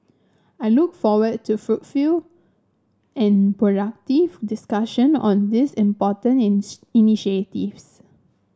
I look forward to fruitful and productive discussion on these important ins initiatives